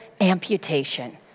amputation